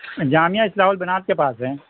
جامعہ اصلاح البنات کے پاس ہیں